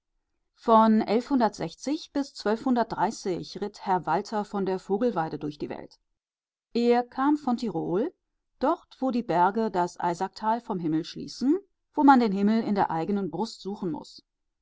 von ritt herr walter von der vogelweide durch die welt er kam von tirol dort wo die berge das eisacktal vom himmel abschließen wo man den himmel in der eigenen brust suchen muß